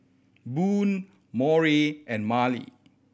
Boone Maury and Marlie